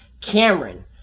Cameron